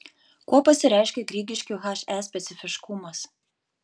kuo pasireiškia grigiškių he specifiškumas